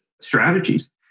strategies